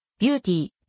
beauty